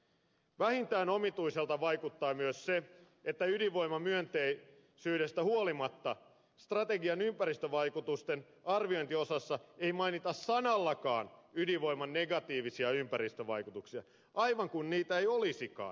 vähintään omituiselta vaikuttaa myös se että ydinvoimamyönteisyydestä huolimatta strategian ympäristövaikutusten arviointiosassa ei mainita sanallakaan ydinvoiman negatiivisia ympäristövaikutuksia aivan kuin niitä ei olisikaan